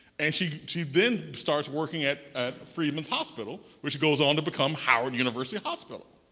and she she then starts working at at freedman's hospital which goes on to become howard university hospital.